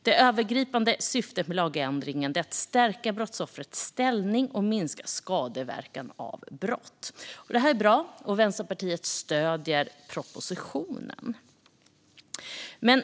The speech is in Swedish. Det övergripande syftet med lagändringen är att stärka brottsoffrets ställning och minska skadeverkan av brott. Detta är bra, och Vänsterpartiet stöder propositionen.